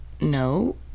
no